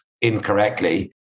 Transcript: incorrectly